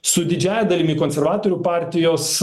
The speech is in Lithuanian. su didžiąja dalimi konservatorių partijos